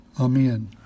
Amen